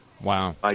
Wow